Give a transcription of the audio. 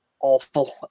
awful